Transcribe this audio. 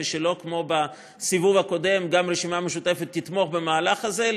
ושלא כמו בסיבוב הקודם גם הרשימה המשותפת תתמוך במהלך הזה,